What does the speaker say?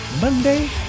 Monday